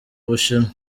bushinwa